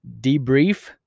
debrief